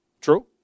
True